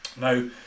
Now